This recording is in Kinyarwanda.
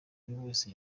wese